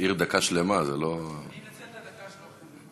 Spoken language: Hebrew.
השאיר דקה שלמה, זה לא, אני אנצל את הדקה שלו.